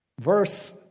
Verse